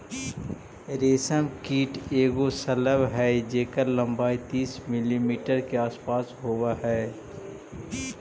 रेशम कीट एगो शलभ हई जेकर लंबाई तीस मिलीमीटर के आसपास होब हई